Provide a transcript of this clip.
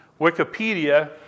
Wikipedia